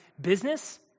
business